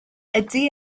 ydy